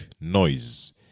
noise